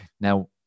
Now